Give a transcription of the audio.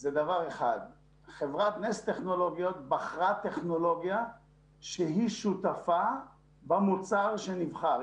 וזה שחברת נס טכנו לוגיות בחרה טכנולוגיה שהיא שותפה במוצר שנבחר.